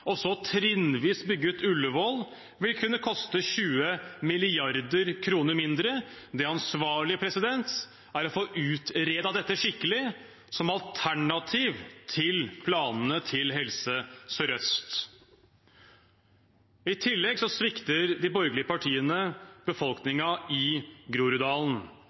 trinnvis bygge ut Ullevål, vil kunne koste 20 mrd. kr mindre. Det ansvarlige er å få utredet dette skikkelig som alternativ til planene til Helse Sør-Øst. I tillegg svikter de borgerlige partiene befolkningen i Groruddalen.